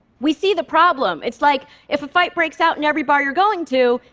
we see the problem, it's like, if a fight breaks out in every bar you're going to,